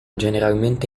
generalmente